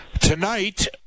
Tonight